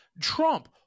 Trump